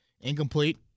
Incomplete